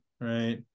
right